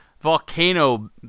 volcano